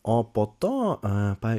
o po to